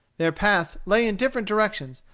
their paths lay in different directions,